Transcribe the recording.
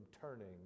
turning